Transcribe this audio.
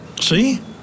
See